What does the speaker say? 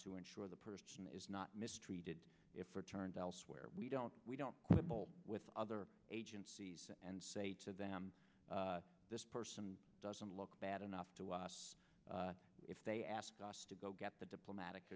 to ensure the person is not mistreated if returned elsewhere we don't we don't quibble with other agencies and say to them this person doesn't look bad enough to us if they ask us to go get the